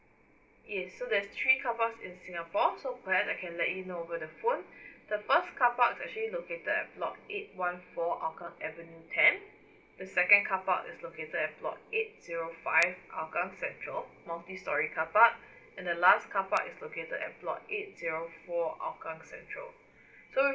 okay so there's three carparks in singapore so perhaps I can let you know over the phone the first carpark is actually located at block eight one four hougang avenue ten the second carpark is located at block eight zero five hougang central multistorey carpark and the last carpark is located at block eight zero four hougang central so